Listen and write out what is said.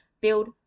build